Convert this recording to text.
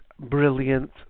brilliant